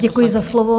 Děkuji za slovo.